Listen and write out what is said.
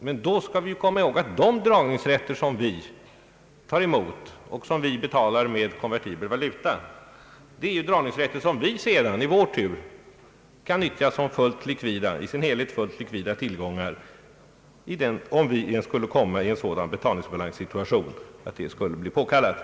Men då skall vi komma ihåg att de dragningsrätter som vi tar emot och som vi betalar med konvertibel valuta är dragningsrätter som vi sedan i vår tur kan nyttja som i sin helhet fullt likvida tillgångar om vi skulle komma i en sådan betalningsbalanssituation att en sådan åtgärd skulle bli påkallad.